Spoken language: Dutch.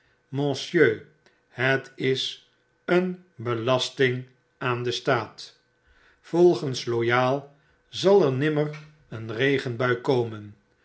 monsieur het is een belasting aan den staat volgens loyal zal er nimmer een regenbui komen